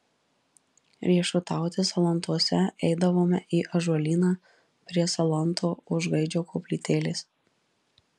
riešutauti salantuose eidavome į ąžuolyną prie salanto už gaidžio koplytėlės